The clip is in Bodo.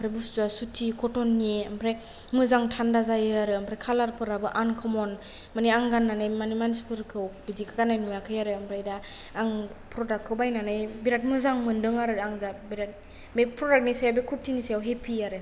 बुस्तुवा सुटि कटननि ओमफ्राय मोजां थान्दा जायो आरो ओमफ्राय कालारफोराबो आनकमन माने आं गान्नानै माने मानसिफोरखौ बिदिखौ गान्नाय नुवाखै आरो दा आं प्रडाक्टखौ बायनानै बिरात मोजां मोन्दों आरो आं बिरात बे प्रडाक्टनि सायाव बे कुरतिनि सायाव हेपी आरो